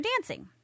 dancing